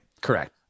Correct